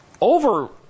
Over